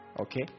Okay